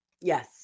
Yes